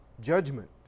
Judgment